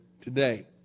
today